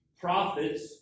prophets